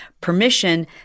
permission